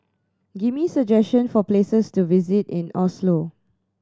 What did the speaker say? give me suggestion for places to visit in Oslo